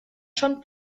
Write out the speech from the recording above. schon